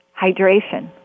Hydration